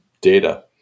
data